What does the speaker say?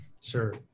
Sure